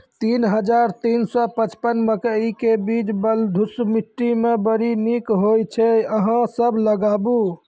तीन हज़ार तीन सौ पचपन मकई के बीज बलधुस मिट्टी मे बड़ी निक होई छै अहाँ सब लगाबु?